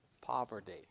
poverty